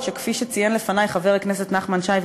אף-על-פי שכפי שציין לפני חבר הכנסת נחמן שי,